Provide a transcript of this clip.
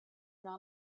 not